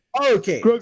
Okay